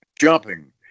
jumping